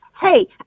Hey